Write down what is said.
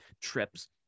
trips